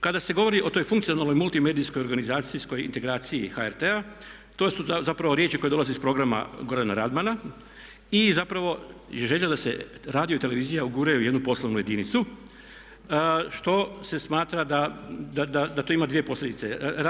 Kada se govori o toj funkcionalnoj multimedijskoj organizacijskoj organizaciji HRT-a to su zapravo riječi koje dolaze iz programa Gorana Radmana i zapravo i željelo se radio i televizija uguraju jednu poslovnu jedinicu što se smatra da to ima dvije posljedice.